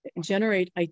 generate